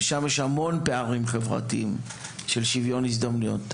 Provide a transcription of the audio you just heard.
ושם יש המון פערים חברתיים של שוויון הזדמנויות,